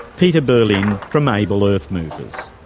peter berlyn from able earthmovers.